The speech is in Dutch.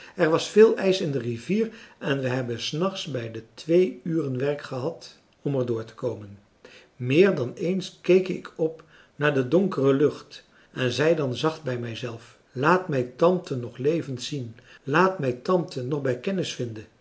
er was veel ijs in de rivier en wij hebben s nachts bij de twee uren werk gehad om er door te komen meer dan eens keek ik op naar de donkere lucht en zei dan zacht bij mij zelf laat mij tante nog levend zien laat mij tante nog bij kennis vinden